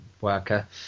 worker